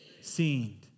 seen